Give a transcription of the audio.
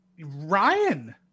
Ryan